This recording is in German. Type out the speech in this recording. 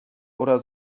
oder